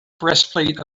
breastplate